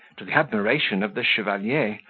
to the admiration of the chevalier,